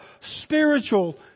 spiritual